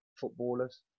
footballers